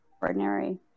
ordinary